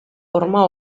horma